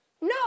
no